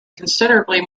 considerably